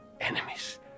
enemies